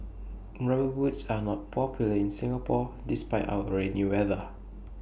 rubber boots are not popular in Singapore despite our rainy weather